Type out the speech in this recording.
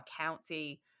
County